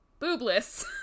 boobless